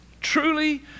Truly